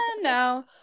No